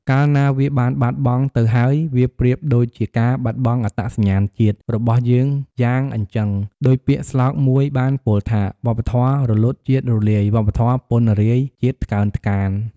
កាលណាវាបានបាត់បង៉ ទៅហើយវាប្រៀបដូចជាបានបាត់បងអត្តសញ្ញាណជាតិរបស់យើងយ៉ាងអញ្ជឹង ដូចពាក្យស្លោកមួយបានពោលថា « វប្បធម៌រលត់ជាតិរលាយ វប្បធម៌ពណ្ណរាយជាតិថ្កើនថ្កាន »។